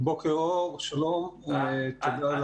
בוקר אור, שלום ותודה.